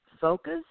focus